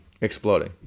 Exploding